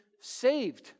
saved